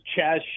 Chaz